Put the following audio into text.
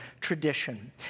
tradition